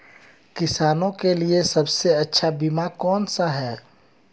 किसानों के लिए सबसे अच्छा बीमा कौन सा है?